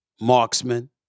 marksman